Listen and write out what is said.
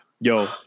Yo